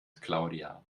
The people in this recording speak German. claudia